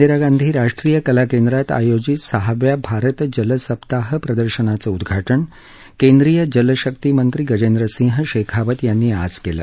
नवी दिल्लीत इंदिरा गांधी राष्ट्रीय कला केंद्रात आयोजित सहाव्या भारत जल सप्ताह प्रदर्शनाचं उद्घाटन केंद्रीय जलशक्ती मंत्री गजेंद्र सिंह शेखावत यांनी आज केलं